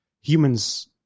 humans